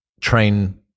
train